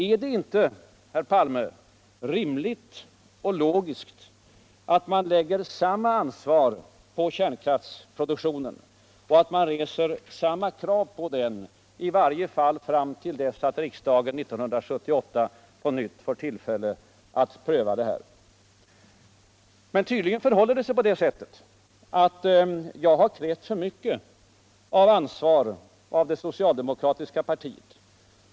Är det inte, herr Palme, rimligt och logiskt att man lägger samma ansvar på kärnkraftsproduktionen och att man reser samma krav på den, i varje fall fram till dess att riksdagen 1978 på nytt får ullfälle att pröva frågan? Men tydligen förhåller det sig på det sättet att jag har krävt för mycket av ansvar av det socialdemokratiska partiet.